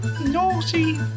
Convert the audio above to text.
naughty